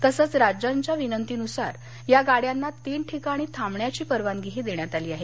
तसंच राज्यांच्या विनंतीनुसार या गाड्यांना तीन ठिकाणी थांबण्याची परवानगीही देण्यात आली आहे